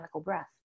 breath